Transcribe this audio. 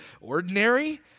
ordinary